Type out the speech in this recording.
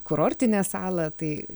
kurortinę salą tai